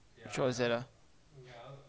which [one] was that ah